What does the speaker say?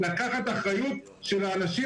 לקחת אחריות של האנשים